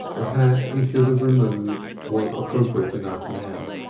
the hat he should have removed was appropriate enough now.